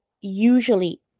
usually